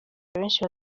abenshi